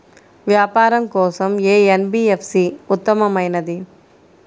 వ్యాపారం కోసం ఏ ఎన్.బీ.ఎఫ్.సి ఉత్తమమైనది?